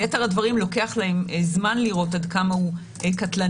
ליתר הדברים לוקח זמן לראות עד כמה הוא קטלני,